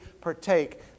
partake